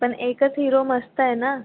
पण एकच हिरो मस्त आहे ना